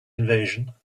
invasion